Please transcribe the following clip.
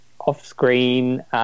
off-screen